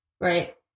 right